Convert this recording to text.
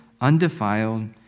undefiled